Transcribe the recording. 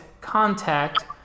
contact